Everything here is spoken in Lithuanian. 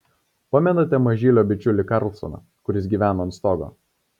pamenate mažylio bičiulį karlsoną kuris gyveno ant stogo